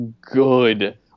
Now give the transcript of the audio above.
good